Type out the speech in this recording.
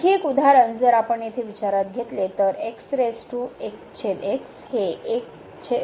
आणखी एक उदाहरण जर आपण येथे विचारात घेतले तर हे येईल